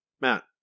Matt